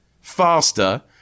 faster